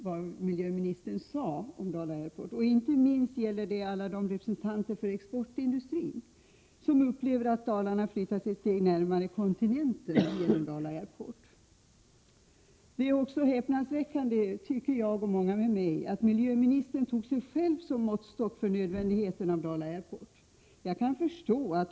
Vad miljöministern sade om Dala Airport har väckt stor förvåning, inte minst gäller detta alla representanter för exportindustrin som upplever att Dalarna har flyttats ett steg närmare kontinenten genom tillkomsten av denna flygplats. Det är också häpnadsväckande, tycker jag och många med mig, att miljöministern tog sig själv som måttstock för nödvändigheten av Dala Airport.